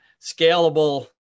scalable